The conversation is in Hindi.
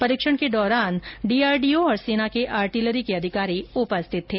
परीक्षण के दौरान डीआरडीओ और सेना के आर्टिलरी के अधिकारी उपस्थित थे